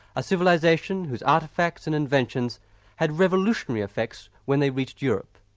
a civilisation whose artifacts and inventions had revolutionary effects when they reached europe.